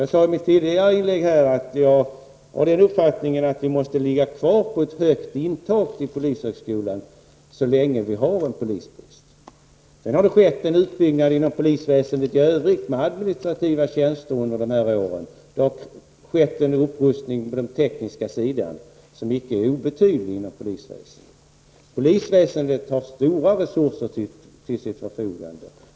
Jag sade i mitt tidigare inlägg att jag har den uppfattningen att vi måste ha kvar ett högt intag till polishögskolan så länge vi har polisbrist. Sedan har det under de här åren skett en utbyggnad inom polisväsendet i övrigt med administrativa tjänster. Det har skett en icke obetydlig upprustning på den tekniska sidan. Polisväsendet har stora resurser till sitt förfogande.